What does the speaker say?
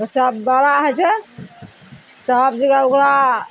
बच्चा बड़ा होइ छै तब जे ओकरा